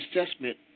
assessment